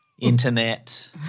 Internet